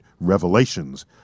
revelations